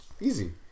Easy